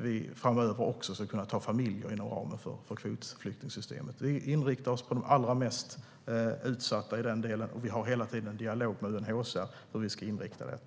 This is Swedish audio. vi även framöver ska kunna ta emot familjer inom ramen för kvotflyktingssystemet. Vi inriktar oss på de allra mest utsatta i den delen. Vi har hela tiden en dialog med UNHCR om detta.